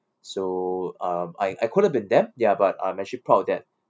so um I I could've been them ya but I'm actually proud that